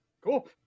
Cool